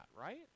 right